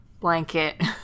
blanket